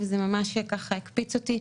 וזה ממש הקפיץ אותי,